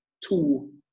two